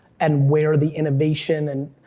and where the innovation and,